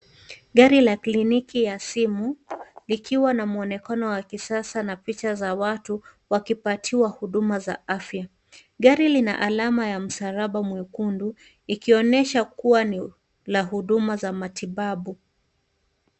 Gari la kliniki ya simu likiwa na muonekano wa kisasa na picha za watu wakipatiwa huduma za afya. Gari lina alama ya msalaba mwekundu ikionyesha kuwa ni la huduma za matibabu.